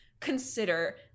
consider